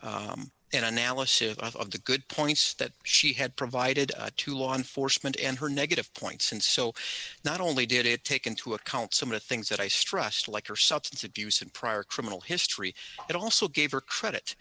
doing an analysis of the good points that she had provided to law enforcement and her negative points and so not only did it take into account some of the things that i stressed like her substance abuse and prior criminal history it also gave her credit